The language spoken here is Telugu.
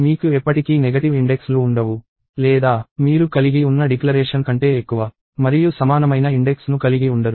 మీకు ఎప్పటికీ ప్రతికూల ఇండెక్స్ లు ఉండవు లేదా మీరు కలిగి ఉన్న డిక్లరేషన్ కంటే ఎక్కువ మరియు సమానమైన ఇండెక్స్ ను కలిగి ఉండరు